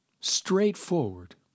straightforward